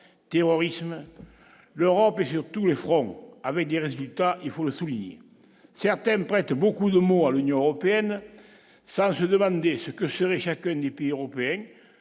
terrorisme, l'Europe est sur tous les fronts, avec des résultats, il faut le souligner certains prête beaucoup de mots à l'Union européenne, ça je ai demandé ce que seraient chacune des pays européens,